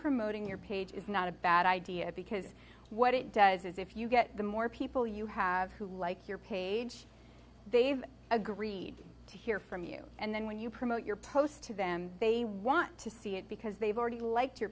promoting your page is not a bad idea because what it does is if you get the more people you have who like your page they've agreed to hear from you and then when you promote your post to them they want to see it because they've already liked you